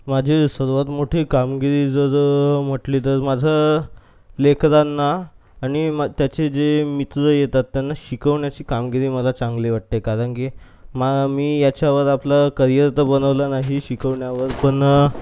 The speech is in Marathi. माझी सर्वात मोठी कामगिरी जर म्हटली तर माझं लेकरांना आणि मा त्याचे जे मित्र येतात त्यांना शिकवण्याची कामगिरी मला चांगली वाटते कारण की मा मी याच्यावर आपलं करिअर तर बनवलं नाही शिकवण्यावर पण